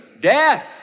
Death